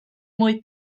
mwy